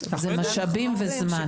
זה משאבים וזמן.